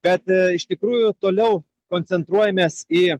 bet iš tikrųjų toliau koncentruojamės į